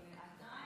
מה עם הדעה שלי?